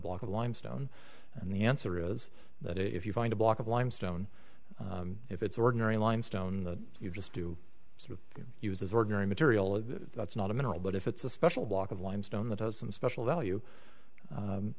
block of limestone and the answer is that if you find a block of limestone if it's ordinary limestone you just do he was as ordinary material that's not a mineral but if it's a special block of limestone that has some special value